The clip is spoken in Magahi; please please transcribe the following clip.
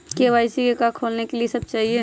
के.वाई.सी का का खोलने के लिए कि सब चाहिए?